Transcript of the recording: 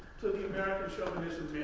to the american so